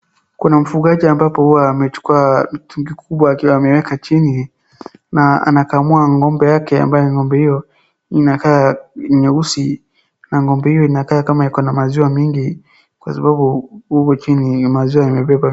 Kuna mfugaji ambapo hua amechukua mtungi kubwa akiwa ameweka chini, na anakamua ng'ombe yake, ambaye ng'ombe hiyo inakaa nyeusi, na ng'ombe hiyo inakaa kama iko na maziwa mingi, kwa sababu huko chini maziwa imebeba.